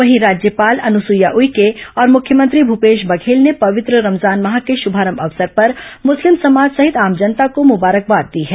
वहीं राज्यपाल अनुसुईया उइके और मुख्यमंत्री भूपेश बघेल ने पवित्र रमजान माह के शुभारंभ अवसर पर मुस्लिम समाज सहित आम जनता को मुबारकबाद दी है